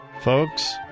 Folks